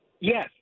Yes